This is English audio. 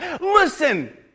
Listen